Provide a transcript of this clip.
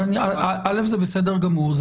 זה בסדר גמור.